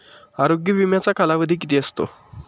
आरोग्य विम्याचा कालावधी किती असतो?